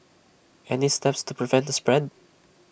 any steps to prevent the spread